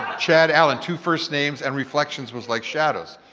chad allan, two first names and reflections was like shadows.